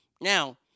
Now